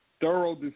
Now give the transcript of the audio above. thorough